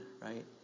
right